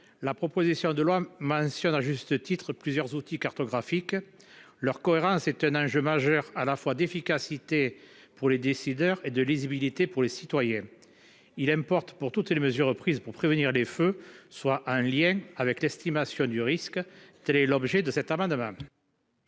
La proposition de loi mentionne, à juste titre, plusieurs outils cartographiques. Leur cohérence est un enjeu majeur, à la fois d'efficacité pour les décideurs et de lisibilité pour les citoyens. Il importe que toutes les mesures prises pour prévenir les feux soient en lien avec l'estimation du risque. La parole est à Mme